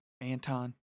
Anton